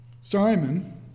Simon